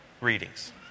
readings